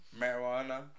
marijuana